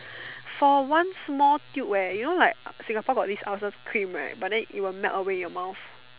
for one small tube eh you know like Singapore got this ulcer cream right but then it will melt away in your mouth